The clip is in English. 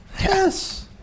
Yes